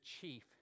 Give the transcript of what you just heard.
chief